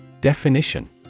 Definition